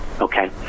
Okay